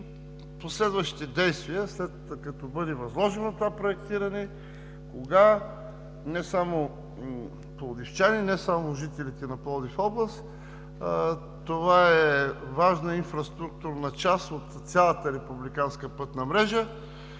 последващите действия, след като бъде възложено това проектиране, не само пловдивчани, не само жителите на Пловдивска област – това е важна инфраструктурна част от цялата републиканска пътна мрежа,